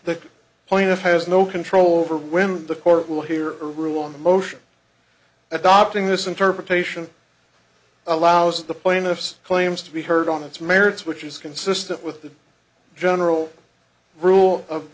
the plaintiff has no control over when the court will hear or rule on the motion adopting this interpretation allows the plaintiff's claims to be heard on its merits which is consistent with the general rule of